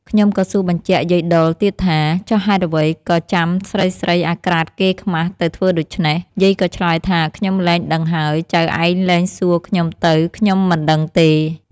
ខ្ញុំក៏សួរបញ្ជាក់យាយដុលទៀតថា ចុះហេតុអ្វី ក៏ចាំស្រីៗអាក្រាតកេរ្តិ៍ខ្មាសទៅធ្វើដូច្នេះ យាយក៏ឆ្លើយថាខ្ញុំលែងដឹងហើយ ចៅឯងលែងសួរខ្ញុំទៅ ខ្ញុំមិនដឹងទេ។